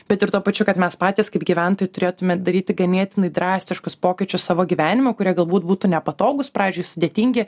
bet ir tuo pačiu kad mes patys kaip gyventojai turėtumėt daryti ganėtinai drastiškus pokyčius savo gyvenimo kurie galbūt būtų nepatogūs pradžioj sudėtingi